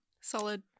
Solid